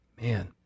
Man